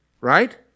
Right